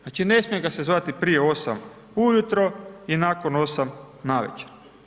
Znači ne smije ga se zvati prije 8 ujutro i nakon 8 navečer.